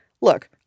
look